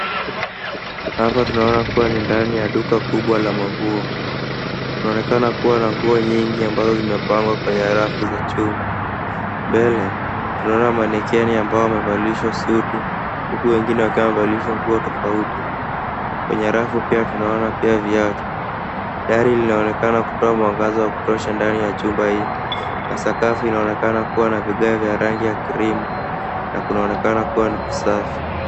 Hapa tunaona kuwa ni ndani ya duka kubwa la manguo. Kunaonekana kuwa na nguo nyingi ambazo zimepangwa kwenye rafu za chuma. Mbele, tunaona manekeni ambao wamevalishwa suti huku wengine wakiwa wamevalishwa nguo tofauti. Kwenye rafu pia tunaona pia viatu. Dari linaonekana kutoa mwangaza wakutosha ndani ya chumba hii na sakafu inaonekana kuwa na vigae vya rangi ya krimu na kunaonekana kuwa ni kusafi.